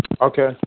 Okay